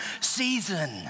season